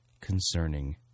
concerning